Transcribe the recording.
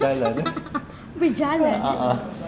berjalan eh a'ah